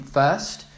first